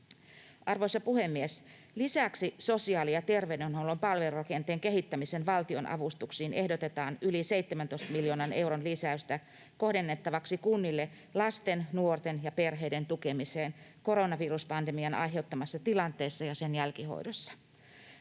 Arvoisa puhemies! Lisäksi sosiaali‑ ja terveydenhuollon palvelurakenteen kehittämisen valtionavustuksiin ehdotetaan yli 17 miljoonan euron lisäystä kohdennettavaksi kunnille lasten, nuorten ja perheiden tukemiseen koronaviruspandemian aiheuttamassa tilanteessa ja sen jälkihoidossa.